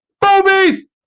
boobies